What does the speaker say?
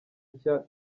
nshya